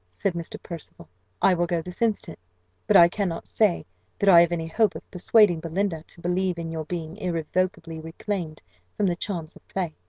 said mr. percival i will go this instant but i cannot say that i have any hope of persuading belinda to believe in your being irrevocably reclaimed from the charms of play.